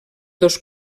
dos